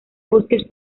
bosques